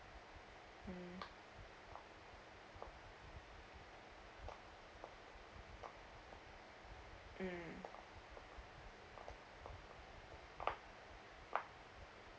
mm mm